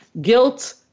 Guilt